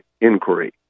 inquiry